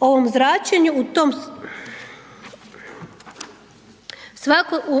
ovom zračenju, u tom,